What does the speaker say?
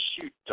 shoot